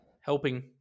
helping